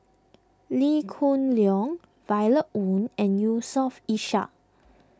Lee Hoon Leong Violet Oon and Yusof Ishak